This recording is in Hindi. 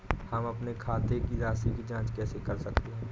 हम अपने खाते की राशि की जाँच कैसे कर सकते हैं?